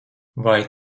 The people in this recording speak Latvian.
vai